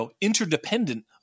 interdependent